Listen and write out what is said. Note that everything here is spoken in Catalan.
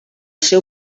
seu